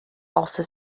also